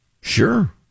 Sure